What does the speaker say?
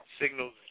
Signals